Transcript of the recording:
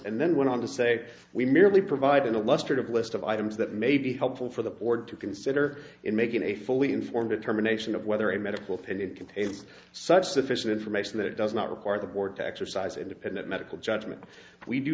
and then went on to say we merely providing a luster of list of items that may be helpful for the board to consider in making a fully informed determination of whether a medical fitted contains such sufficient information that it does not require the board to exercise independent medical judgment we do